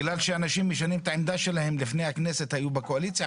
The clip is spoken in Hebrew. בגלל שאנשים משנים את העמדה שלהם לפני הכנסת היו בקואליציה,